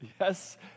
Yes